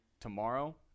tomorrow